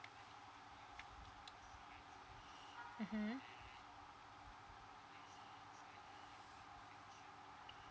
mmhmm